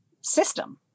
system